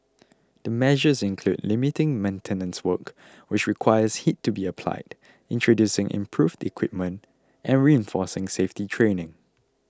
the measures include limiting maintenance work which requires heat to be applied introducing improved equipment and reinforcing safety training